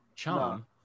Charm